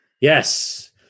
Yes